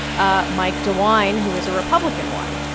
ah mike dewine, who is a republican, won.